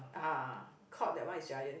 ah Courts that one is Giant